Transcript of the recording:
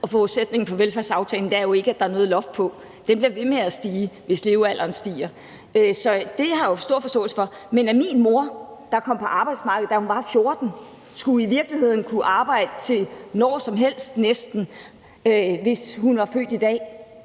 og forudsætningerne for velfærdsaftalen er jo ikke, at der er noget loft; den bliver ved med at stige, hvis levealderen stiger. Det har jeg stor forståelse for. Men det her betyder, at min mor, der kom på arbejdsmarkedet, da hun var 14 år, i virkeligheden skulle have arbejdet næsten til når som helst, hvis hun havde været født i dag